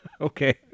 Okay